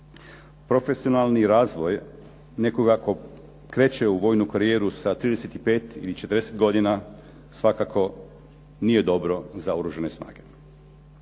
Profesionalni razvoj nekoga tko kreće u vojnu karijeru sa 35 ili 40 godina svakako nije dobro za Oružane snage.